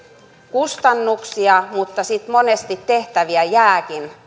kustannuksia mutta sitten monesti tehtäviä jääkin